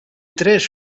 tres